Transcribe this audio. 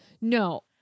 No